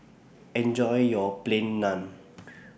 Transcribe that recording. Enjoy your Plain Naan